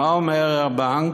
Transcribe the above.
מה אומר הבנק?